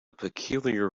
peculiar